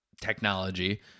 technology